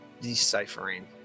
deciphering